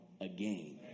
again